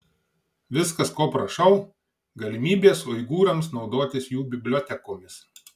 viskas ko prašau galimybės uigūrams naudotis jų bibliotekomis